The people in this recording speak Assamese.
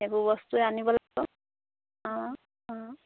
এইবোৰ বস্তুৱে আনিব লাগিব অঁ অঁ